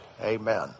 Amen